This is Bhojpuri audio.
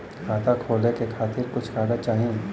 खाता खोले के खातिर कुछ कागज चाही?